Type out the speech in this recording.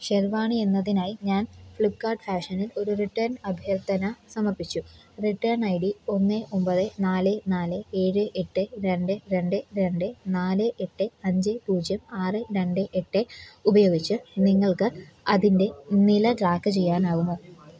ഷെർവാണി എന്നതിനായി ഞാൻ ഫ്ലിപ്പ്കാർട്ട് ഫാഷനിൽ ഒരു റിട്ടേൺ അഭ്യർത്ഥന സമർപ്പിച്ചു റിട്ടേൺ ഐ ഡി ഒന്ന് ഒൻപത് നാല് നാല് ഏഴ് എട്ട് രണ്ട് രണ്ട് രണ്ട് നാല് എട്ട് അഞ്ച് പൂജ്യം ആറ് രണ്ട് എട്ട് ഉപയോഗിച്ച് നിങ്ങൾക്ക് അതിൻ്റെ നില ട്രാക്ക് ചെയ്യാനാകുമോ